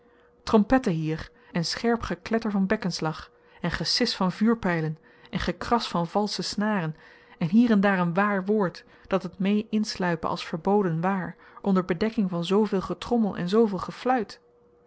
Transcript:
trompetten hier en scherp gekletter van bekkenslag en gesis van vuurpylen en gekras van valsche snaren en hier en daar een waar woord dat het mee insluipe als verboden waar onder bedekking van zooveel getrommel en zooveel gefluit